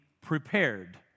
prepared